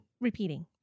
repeating